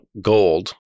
gold